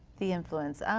the influence,